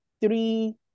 three